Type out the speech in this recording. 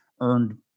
earned